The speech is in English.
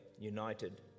united